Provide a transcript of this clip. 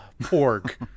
pork